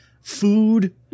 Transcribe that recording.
food